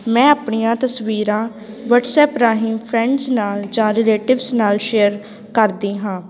ਮੈਂ ਆਪਣੀਆਂ ਤਸਵੀਰਾਂ ਵਟਸਐਪ ਰਾਹੀਂ ਫਰੈਂਡਸ ਨਾਲ ਜਾਂ ਰਿਲੇਟਿਵਸ ਨਾਲ ਸ਼ੇਅਰ ਕਰਦੀ ਹਾਂ